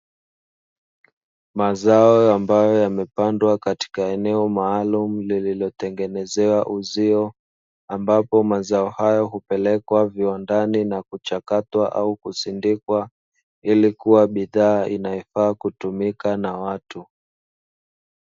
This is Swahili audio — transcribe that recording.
Mazao ambayo yamepandwa katika eneo maalumu, lililotengenezewa uzio, ambapo mazao hayo hupelekwa viwandani na kuchakatwa au kusindikwa ili kuwa bidhaa inayofaa kutumiwa na watu.